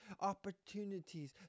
Opportunities